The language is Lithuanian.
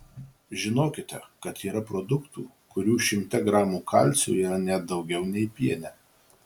žinokite kad yra produktų kurių šimte gramų kalcio yra net daugiau nei piene